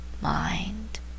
mind